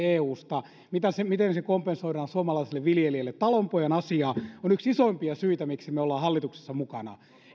eusta miten se kompensoidaan suomalaiselle viljelijälle talonpojan asia on yksi isoimpia syitä miksi me olemme hallituksessa mukana